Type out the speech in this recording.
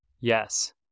Yes